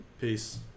Peace